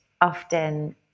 often